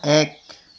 এক